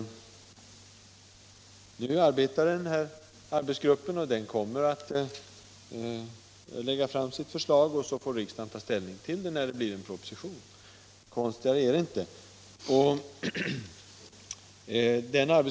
Nu arbetar den här arbetsgruppen, och den kommer att lägga fram sitt förslag. Riksdagen får sedan ta ställning till detta när det föreligger i form av en proposition. Konstigare är det inte.